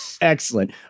Excellent